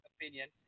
opinion